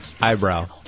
Eyebrow